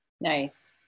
Nice